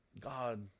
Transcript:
God